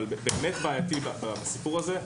שהוא בהחלט בעייתי בסיפור הזה,